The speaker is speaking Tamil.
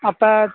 அப்போ